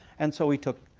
and so he took